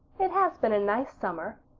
it has been a nice summer,